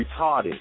retarded